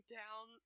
down